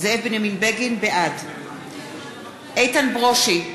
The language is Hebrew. בעד איתן ברושי,